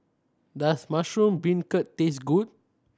does mushroom beancurd taste good